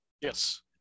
Yes